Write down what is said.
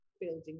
building